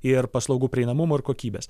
ir paslaugų prieinamumo ir kokybės